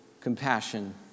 compassion